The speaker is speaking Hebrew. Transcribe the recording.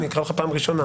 לא קראתי לך פעם ראשונה.